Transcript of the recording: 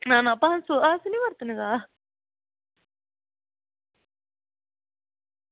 ना ना पंज सौ अस निं बरतनै जादा